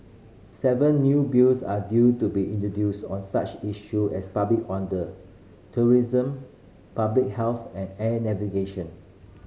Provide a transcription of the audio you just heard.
seven new Bills are due to be introduced on such issue as public order tourism public health and air navigation